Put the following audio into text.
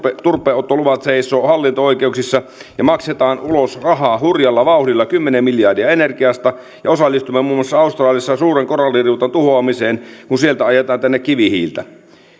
turpeenottoluvat seisovat hallinto oikeuksissa ja maksetaan ulos rahaa hurjalla vauhdilla kymmenen miljardia energiasta ja osallistumme muun muassa australiassa suuren koralliriutan tuhoamiseen kun sieltä ajetaan tänne kivihiiltä